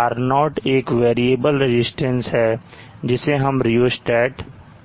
R0 एक variable resistance है जिसे हम Rheostat कहते हैं